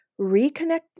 reconnect